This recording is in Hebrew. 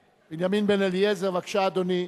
בבקשה, אדוני.